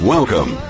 Welcome